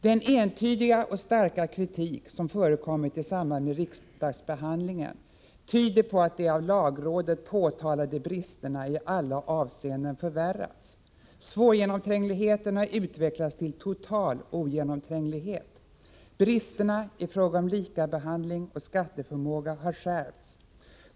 Den entydiga och starka kritik som förekommit i samband med riksdagsbehandlingen tyder på att de av lagrådet påtalade bristerna i alla avseenden förvärrats. Svårgenomträngligheten har utvecklats till total ogenomtränglighet. Bristerna i fråga om likabehandling och skatteförmåga har skärpts.